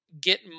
get